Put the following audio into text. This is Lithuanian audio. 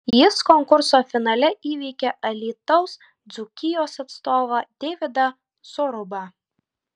jis konkurso finale įveikė alytaus dzūkijos atstovą deividą zorubą